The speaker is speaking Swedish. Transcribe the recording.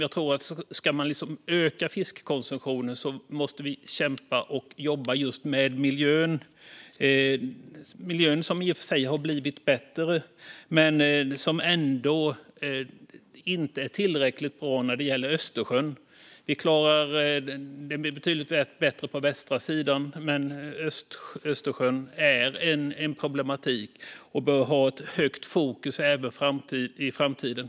Jag tror att om fiskkonsumtionen ska öka måste vi kämpa för och jobba med just miljön. Miljön har i och för sig blivit bättre, men den är ändå inte tillräckligt bra i Östersjön. Det har blivit betydligt bättre på västra sidan, men Östersjön har en problematik och bör få starkt fokus även i framtiden.